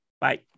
Bye